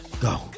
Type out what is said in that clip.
go